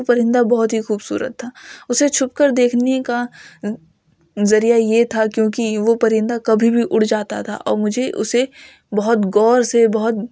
وہ پرندہ بہت ہی خوبصورت تھا اسے چھپ کر دیکھنے کا ذریعہ یہ تھا کیونکہ وہ پرندہ کبھی بھی اڑ جاتا تھا اور مجھے اسے بہت غور سے بہت